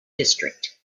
district